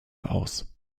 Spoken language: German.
aus